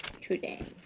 today